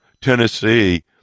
Tennessee